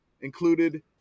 included